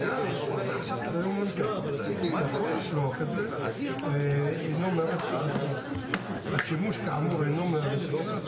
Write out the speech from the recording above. המזון הוא לא במסלול האירופי אלא